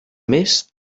més